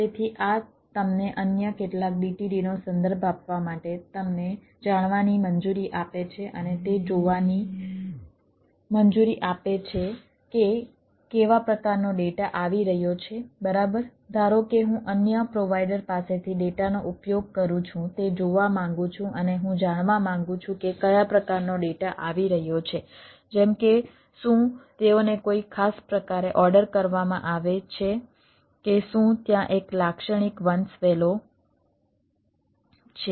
તેથી આ તમને અન્ય કેટલાક DTDનો સંદર્ભ આપવા માટે તમને જાણવાની મંજૂરી આપે છે અને તે જોવાની મંજૂરી આપે છે કે કેવા પ્રકારનો ડેટા આવી રહ્યો છે બરાબર ધારો કે હું અન્ય પ્રોવાઈડર પાસેથી ડેટાનો ઉપયોગ કરું છું તે જોવા માંગુ છું અને હું જાણવા માંગુ છું કે કયા પ્રકારનો ડેટા આવી રહ્યો છે જેમ કે શું તેઓને કોઈ ખાસ પ્રકારે ઓર્ડર કરવામાં આવે છે કે શું ત્યાં એક લાક્ષણિક વંશવેલો છે